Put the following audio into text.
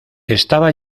estaba